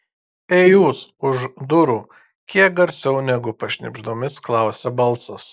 ei jūs už durų kiek garsiau negu pašnibždomis klausia balsas